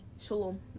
Shalom